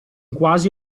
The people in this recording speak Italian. quasi